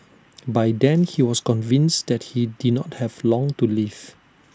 by then he was convinced that he did not have long to live